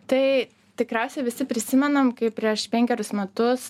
tai tikriausiai visi prisimenam kaip prieš penkerius metus